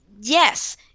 yes